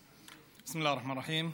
בסם אללה א-רחמאן א-רחים.